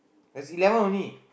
there's eleven only